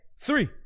three